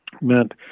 meant